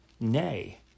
Nay